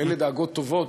אבל אלה דאגות טובות,